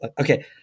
okay